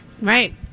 Right